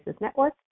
Network